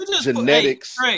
genetics